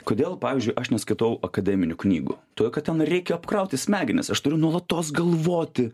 kodėl pavyzdžiui aš neskaitau akademinių knygų todėl kad ten reikia apkrauti smegenis aš turiu nuolatos galvoti